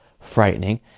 frightening